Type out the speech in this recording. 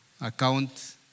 account